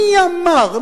מי אמר?